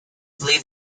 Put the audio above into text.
believed